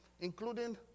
including